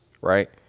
right